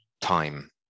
time